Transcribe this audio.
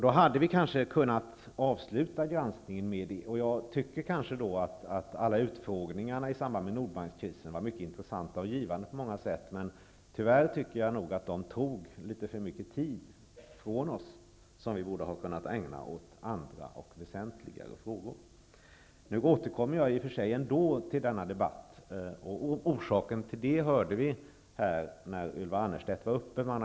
Då hade vi kanske kunnat avsluta granskningen med det. Alla utfrågningar i samband med Nordbankskrisen var mycket intressanta och givande på många sätt, men tyvärr tog de nog litet för mycket tid från oss som vi borde ha kunnat ägna åt andra och väsentligare frågor. Nu återkommer jag till denna debatt, och orsaken till det hörde vi när Ylva Annerstedt var uppe i talarstolen.